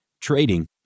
Trading